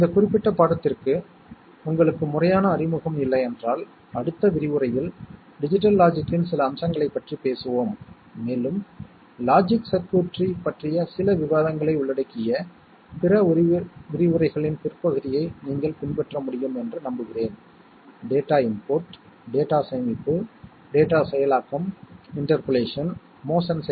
எனவே நாம் அடிப்படையில் எழுதுகிறோம் sum A AND B AND C OR A AND B AND C OR A AND B AND C OR A AND B AND C எல்லா நிகழ்வுகளையும் sum 1 ஆகும் என நாம் எழுதி அவற்றை சரியான லாஜிக் செயல்பாடுகளுடன் இணைத்துள்ளோம்